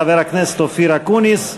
חבר הכנסת אופיר אקוניס,